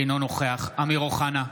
אינו נוכח אמיר אוחנה,